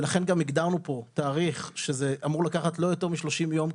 ולכן גם הגדרנו פה תאריך שזה אמור לקחת לא יותר מ-30 יום,